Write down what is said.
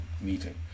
meeting